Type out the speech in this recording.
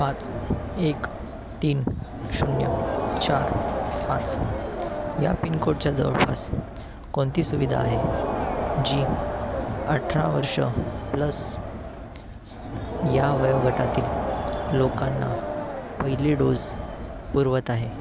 पाच एक तीन शून्य चार पाच या पिनकोडच्या जवळपास कोणती सुविधा आहे जी अठरा वर्ष प्लस या वयोगटातील लोकांना पहिले डोस पुरवत आहे